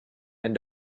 and